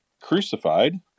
Crucified